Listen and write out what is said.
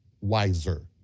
wiser